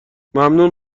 ممنون